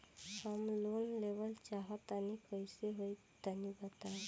हम लोन लेवल चाहऽ तनि कइसे होई तनि बताई?